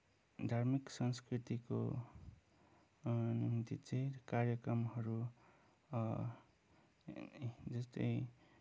धार्मिक संस्कृतिको कार्यक्रमहरू जस्तै